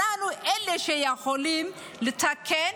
אנחנו אלה שיכולים לתקן.